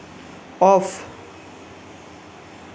off